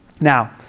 Now